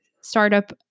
startup